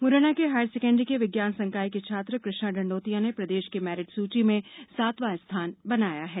मुरैना के higher secondary के विज्ञान संकाय के छात्र कृष्णा डण्डौतिया ने प्रदेश की मेरिट सूची में सातवां स्थान बनाया है